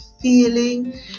feeling